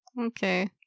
okay